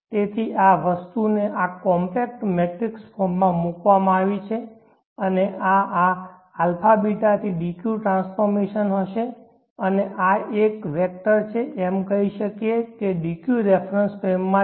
તેથી આ વસ્તુને આ કોમ્પેક્ટ મેટ્રિક્સ ફોર્મમાં મૂકવામાં આવી છે અને આ αβ થી dq ટ્રાન્સફોર્મેશન હશે અને આ એક વેક્ટર છે એમ કહી શકે કે dq રેફરન્સ ફ્રેમમાં છે